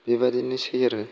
बेबायदिनोसै आरो